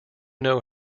know